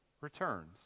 returns